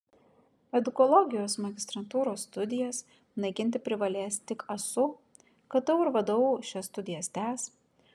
edukologijos magistrantūros studijas naikinti privalės tik asu ktu ir vdu šias studijas tęs